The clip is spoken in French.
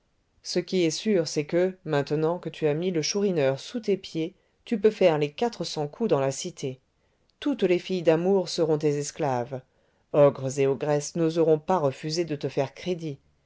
ce qui est sûr c'est que maintenant que tu as mis le chourineur sous tes pieds tu peux faire les quatre cents coups dans la cité toutes les filles d'amour seront tes esclaves ogres et ogresses n'oseront pas refuser de te faire crédit